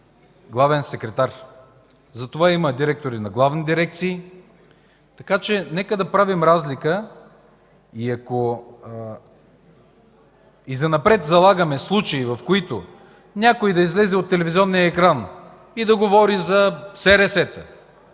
„главен секретар”, затова има директори на главни дирекции. Така че нека да правим разлика. Ако и занапред залагаме случаи, в които някой да излезе от телевизионния екран и да говори за СРС-та,